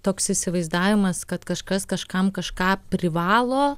toks įsivaizdavimas kad kažkas kažkam kažką privalo